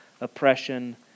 oppression